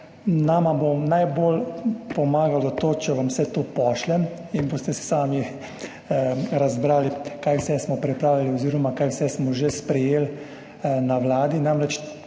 Nama bo najbolj pomagalo to, da vam vse to pošljem in boste sami razbrali, kaj vse smo pripravili oziroma kaj vse smo že sprejeli na Vladi.